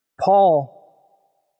Paul